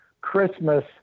Christmas